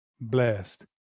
blessed